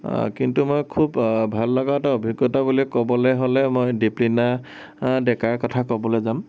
কিন্তু মই খুব ভাল লগা এটা অভিজ্ঞতা বুলি ক'বলে হ'লে মই দীপলিনা ডেকাৰ কথা ক'বলে যাম